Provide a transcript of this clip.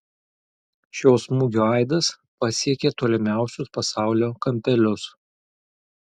šio smūgio aidas pasiekė tolimiausius pasaulio kampelius